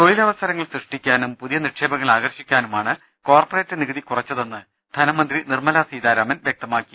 തൊഴിലവസരങ്ങൾ സൃഷ്ടിക്കാനും പുതിയി നിക്ഷേപങ്ങൾ ആകർഷിക്കാനുമാണ് കോർപ്പറേറ്റ് നികുതി കുറച്ചതെന്ന് ധനമന്ത്രി നിർമ്മലാ സീതാരാമൻ വൃക്തമാക്കി